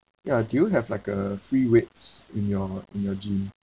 ya do you have like a free weights in your in your gym